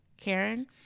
Karen